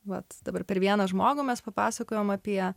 vat dabar per vieną žmogų mes papasakojom apie